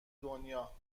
دنیا